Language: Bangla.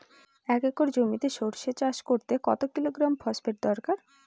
এক একর জমিতে সরষে চাষ করতে কত কিলোগ্রাম ফসফেট দরকার?